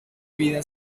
vida